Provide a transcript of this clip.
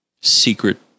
secret